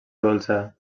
dolça